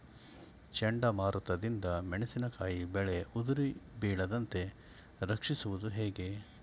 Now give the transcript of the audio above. ಚಂಡಮಾರುತ ದಿಂದ ಮೆಣಸಿನಕಾಯಿ ಬೆಳೆ ಉದುರಿ ಬೀಳದಂತೆ ರಕ್ಷಿಸುವುದು ಹೇಗೆ?